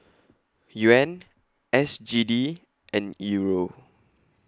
Yuan S G D and Euro